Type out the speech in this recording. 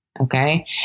Okay